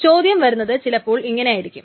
ചോദ്യം വരുന്നത് ചിലപ്പോൾ ഇങ്ങനെയായിരിക്കും